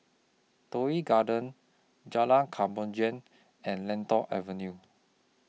Toh Yi Garden Jalan Kemajuan and Lentor Avenue